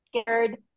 scared